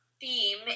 theme